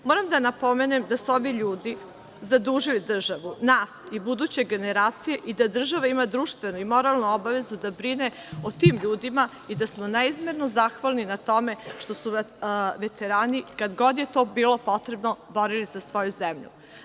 Moram da napomenem da su ovi ljudi zadužili državu, nas i buduće generacije i da država ima društvenu i moralnu obavezu da brine o tim ljudima i da smo neizmerno zahvalni na tome što su se veterani kad god je to bilo potrebno borili za svoju zemlju.